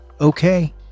Okay